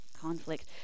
conflict